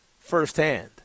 firsthand